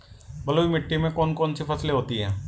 बलुई मिट्टी में कौन कौन सी फसलें होती हैं?